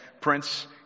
Prince